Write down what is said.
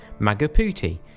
magaputi